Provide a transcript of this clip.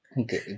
Okay